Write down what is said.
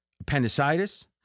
appendicitis